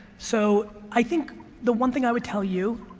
so i think the one thing i would tell you,